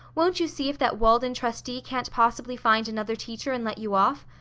won't you see if that walden trustee can't possibly find another teacher, and let you off?